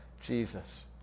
Jesus